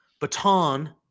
baton